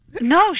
No